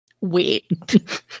wait